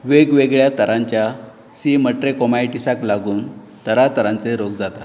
वेगवेगळ्या तरांच्या सिमट्रिकोमायटिसाक लागून तरातरांचे रोग जातात